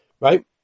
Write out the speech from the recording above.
Right